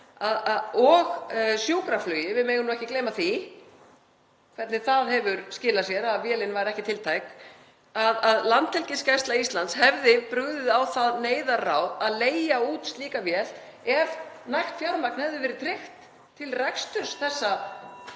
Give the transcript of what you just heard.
og sjúkraflugi, — við megum ekki gleyma því hvernig það hefur skilað sér að vélin var ekki tiltæk — að Landhelgisgæsla Íslands hefði brugðið á það neyðarráð að leigja út slíka vél ef nægt fjármagn hefði verið tryggt til reksturs þessa